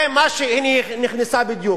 זה מה שהיא, הנה, היא נכנסה בדיוק.